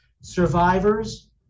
Survivors